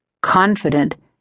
confident